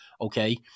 Okay